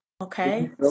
okay